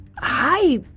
Hi